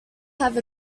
have